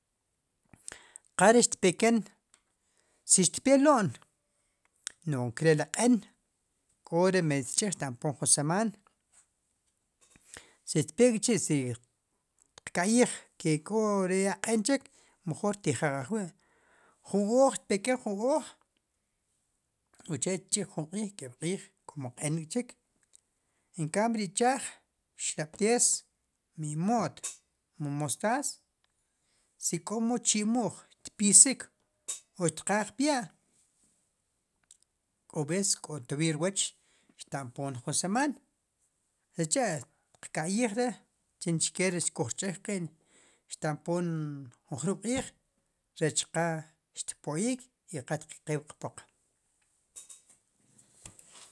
Qare xpeken si xpe lom nu'nkare li q'en k'ere medio tch'ij xtampon ju seman si xpek'chi xqkayij si kore ya q'enchik mejor tijaq ajwi ju ooj xpekin ju ooj oche tchi'j jun q'ij k'eb'q'ij komo q'en k'chik enkam re ichaj xlab'tes imot mu mostas si komo chimuj tpisik o xtqaj piya' k'oves toviay rwach xtampon ju seman secha xqkayijre chichke re xkujch'ijqin xtampon jun jrub'q'ij rech qa xpoyik i qa xtiqk'el wuqpoq